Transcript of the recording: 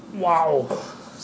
!wow!